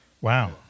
Wow